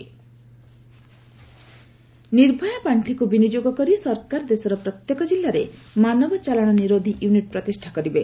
ଇରାନୀ ନିର୍ଭୟା ପାର୍ଷିକୁ ବିନିଯୋଗ କରି ସରକାର ଦେଶର ପ୍ରତ୍ୟେକ ଜିଲ୍ଲାରେ ମାନବ ଚାଲାଣ ନିରୋଧୀ ୟୁନିଟ୍ ପ୍ରତିଷ୍ଠା କରିବେ